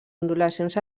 ondulacions